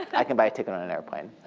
i can buy a ticket on an airplane.